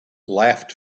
laughed